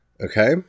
Okay